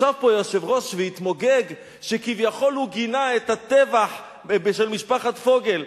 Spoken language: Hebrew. ישב פה יושב-ראש והתמוגג שכביכול הוא גינה את הטבח של משפחת פוגל,